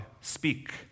speak